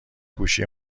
گوشی